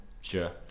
Sure